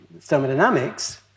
thermodynamics